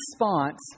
response